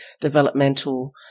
developmental